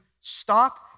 Stop